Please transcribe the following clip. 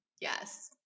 yes